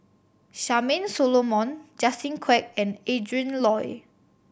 Charmaine Solomon Justin Quek and Adrin Loi